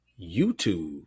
YouTube